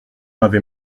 avait